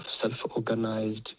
self-organized